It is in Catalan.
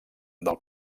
del